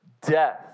death